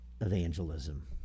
evangelism